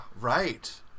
right